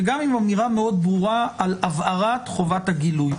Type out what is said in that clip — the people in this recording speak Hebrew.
וגם עם אמירה מאוד ברורה על הבהרת חובת הגילוי.